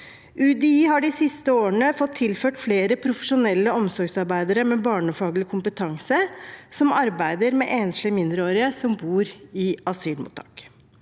UDI har de siste årene fått tilført flere profesjonelle omsorgsarbeidere med barnefaglig kompetanse som arbeider med enslige mindreårige som bor i asylmottak.